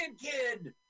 kid